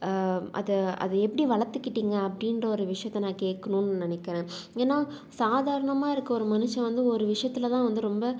அதை அதை எப்படி வளர்த்துக்கிட்டிங்க அப்படின்ற ஒரு விஷயத்த நான் கேட்கணுன்னு நினைக்கிறேன் ஏன்னால் சாதாரணமாக இருக்க ஒரு மனுஷன் வந்து ஒரு விஷயத்துல தான் வந்து ரொம்ப